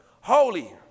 Holy